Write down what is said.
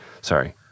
sorry